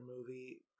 movie